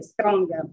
stronger